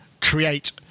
create